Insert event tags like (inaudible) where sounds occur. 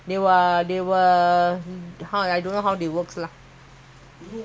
ya (noise) the that one is (noise) friend reccomend